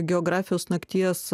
geografijos nakties